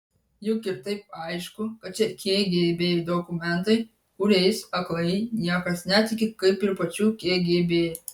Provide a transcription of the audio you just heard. juk ir taip aišku kad čia kgb dokumentai kuriais aklai niekas netiki kaip ir pačiu kgb